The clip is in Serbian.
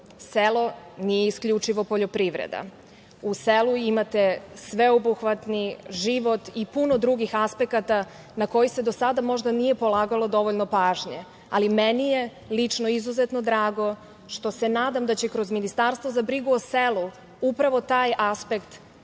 selo nije isključivo poljoprivreda. U selu imate sveobuhvatni život i puno drugih aspekata na koje se do sada možda nije polagalo dovoljno pažnje, ali meni je lično izuzetno drago što se nadam da će kroz Ministarstvo za brigu o selu upravo taj aspekt